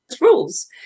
rules